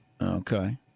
Okay